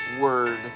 word